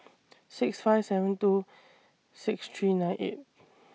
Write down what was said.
six five seven two six three nine eight